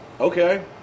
Okay